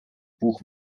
buch